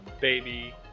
baby